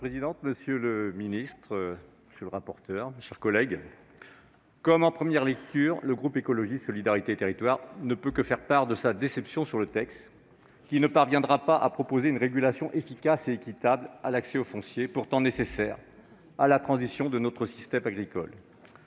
monsieur le ministre, mes chers collègues, comme en première lecture, le groupe Écologiste - Solidarité et Territoires ne peut que faire part de sa déception sur la proposition de loi, qui ne parviendra pas à mettre en place une régulation efficace et équitable de l'accès au foncier, pourtant nécessaire à la transition de notre système agricole.